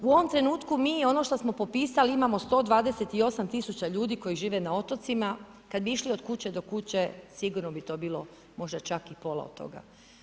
U ovom trenutku mi ono što smo popisali imamo 128 000 ljudi koji žive na otocima, kad bi išli od kuće do kuće sigurno bi to bilo možda čak i pola od toga.